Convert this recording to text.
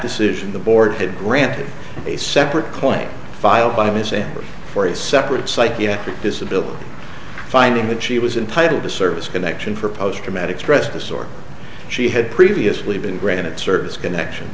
decision the board had granted a separate claim filed by ms in for a separate psychiatric disability finding that she was entitled to service connection for post traumatic stress disorder she had previously been granted service connection